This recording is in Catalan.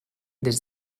des